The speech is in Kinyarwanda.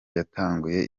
yatanguye